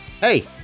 hey